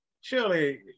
Surely